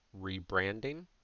rebranding